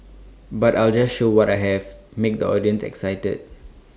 but I'll just show what I have make the audience excited